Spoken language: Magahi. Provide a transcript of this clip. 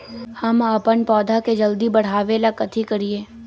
हम अपन पौधा के जल्दी बाढ़आवेला कथि करिए?